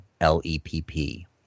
L-E-P-P